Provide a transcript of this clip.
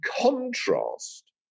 contrast